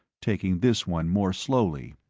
taking this one more slowly.